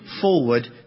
forward